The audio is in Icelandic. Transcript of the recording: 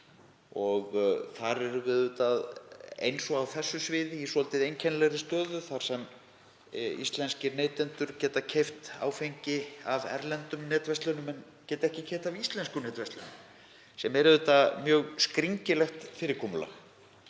við auðvitað eins og á þessu sviði í svolítið einkennilegri stöðu þar sem íslenskir neytendur geta keypt áfengi af erlendum netverslunum en geta ekki keypt af íslenskum netverslunum, sem er mjög skringilegt fyrirkomulag.